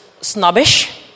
snobbish